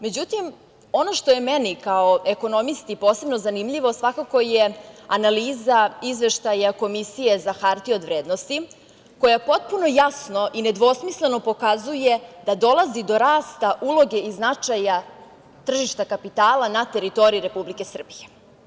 Međutim, ono što je meni kao ekonomisti posebno zanimljivo, svakako je analiza izveštaja Komisije za hartije od vrednosti, koja potpuno jasno i nedvosmisleno pokazuje da dolazi do rasta uloge i značaja tržišta kapitala na teritoriji Republike Srbije.